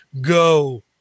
Go